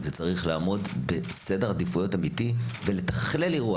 זה צריך לעמוד בסדר עדיפויות אמיתי ולתכלל אירוע.